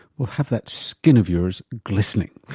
we'll have that skin of yours glistening.